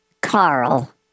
Carl